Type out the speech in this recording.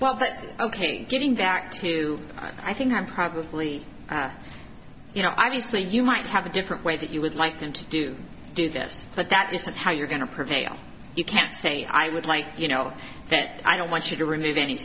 but ok getting back to i think i'm probably you know obviously you might have a different way that you would like them to do do this but that isn't how you're going to prevail you can't say i would like you know that i don't want you to remove any